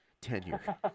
tenure